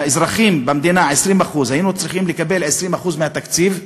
האזרחים במדינה, היינו צריכים לקבל 20% מהתקציב.